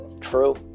True